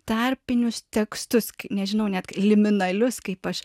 tarpinius tekstus nežinau net liminalius kaip aš